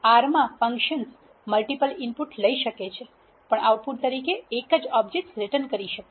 R માં functions multiple input લઇ શકે છે પણ આઉટપુટ તરીકે એકજ ઓબજેક્ટસ રિટન કરી શકે